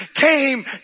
came